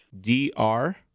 D-R-